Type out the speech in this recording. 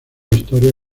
historia